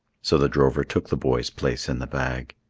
so the drover took the boy's place in the bag.